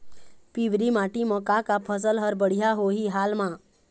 पिवरी माटी म का का फसल हर बढ़िया होही हाल मा?